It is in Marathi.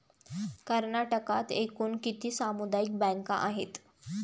कर्नाटकात एकूण किती सामुदायिक बँका आहेत?